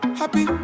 happy